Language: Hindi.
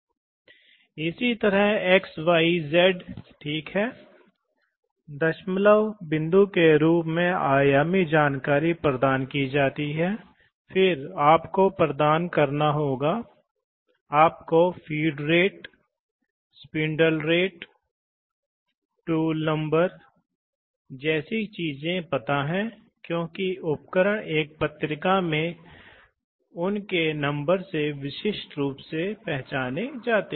इसलिए ऐसे मामलों में यह सुनिश्चित करना है कि जब रोल घूम रहा है तो ऑपरेटर का हाथ रोल के पास कहीं भी नहीं है इसलिए इसे बहुत आसानी से सुनिश्चित किया जा सकता है रोल को घुमाने के लिए आपको इसे लगाने की आवश्यकता है दो पुश बटन एक साथ दबाएं तो आप दोनों हाथों का उपयोग करने जा रहे हैं इसलिए आप गलती नहीं कर सकते